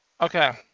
Okay